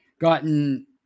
gotten